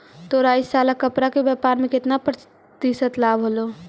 तोरा इ साल कपड़ा के व्यापार में केतना प्रतिशत लाभ होलो?